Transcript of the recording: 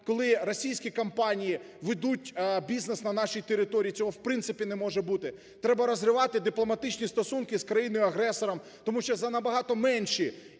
коли російські компанії ведуть бізнес на нашій території. Цього в принципі не може бути. Треба розривати дипломатичні стосунки з країною-агресором, тому що за набагато менші